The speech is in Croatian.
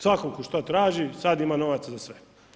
Svakom tko šta traži, sad ima novaca za sve.